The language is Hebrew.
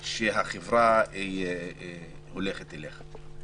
שהחברה הולכת אליה.